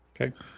Okay